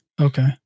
Okay